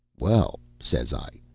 well, says i,